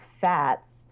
fats